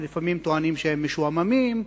לפעמים טוענים שהם משועממים,